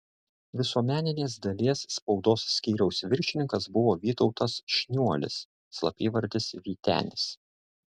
visuomeninės dalies spaudos skyriaus viršininkas buvo vytautas šniuolis slapyvardis vytenis